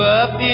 up